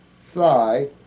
thigh